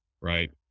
right